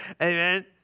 Amen